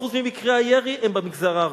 80% ממקרי הירי הם במגזר הערבי,